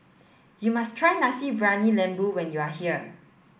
you must try Nasi Briyani Lembu when you are here